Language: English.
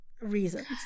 Reasons